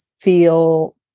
feel